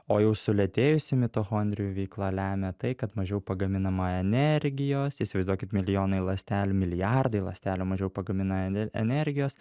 o jau sulėtėjusi mitochondrijų veikla lemia tai kad mažiau pagaminama energijos įsivaizduokit milijonai ląstelių milijardai ląstelių mažiau pagamina ene energijos